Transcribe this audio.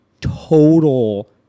total